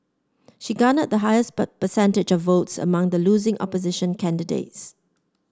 she garnered the highest percentage of votes among the losing opposition candidates